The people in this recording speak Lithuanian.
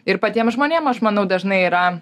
ir patiem žmonėm aš manau dažnai yra